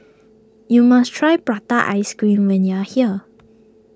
you must try Prata Ice Cream when you are here